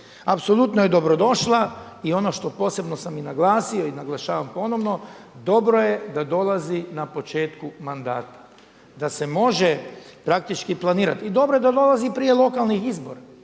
apsolutno je dobro došla i ono što posebno sam i naglasio i naglašavam ponovno dobro je da dolazi na početku mandata, da se može praktički planirati. I dobro je da dolazi prije lokalnih izbora